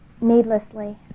needlessly